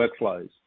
workflows